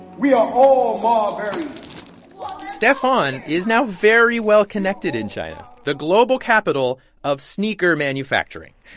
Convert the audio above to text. we are all marbury stephon is now very well-connected in china, the global capital of sneaker manufacturing.